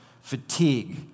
fatigue